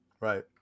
right